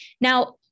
Now